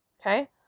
Okay